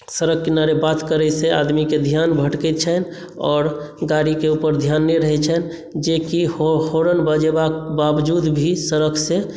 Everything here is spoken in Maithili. सड़क किनारे बात करै से आदमीकेँ ध्यान रहैत छनि आओर गाड़ीके ऊपर ध्यान नहि रहै छनि जेकि होरन बजेबाक बावजूद भी सड़क से